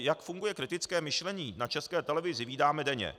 Jak funguje kritické myšlení na České televizi, vídáme denně.